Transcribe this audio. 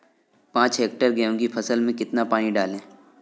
पाँच हेक्टेयर गेहूँ की फसल में कितना पानी डालें?